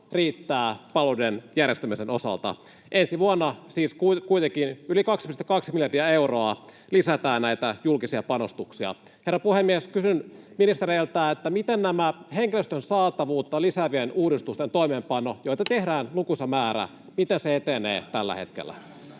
riittää palveluiden järjestämisen osalta. Ensi vuonna siis kuitenkin yli 2,2 miljardia euroa lisätään näitä julkisia panostuksia. Herra puhemies! Kysyn ministereiltä: miten tämä henkilöstön saatavuutta lisäävien uudistusten, joita tehdään lukuisa määrä, toimeenpano [Puhemies